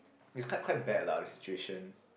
it's quite quite bad lah the situation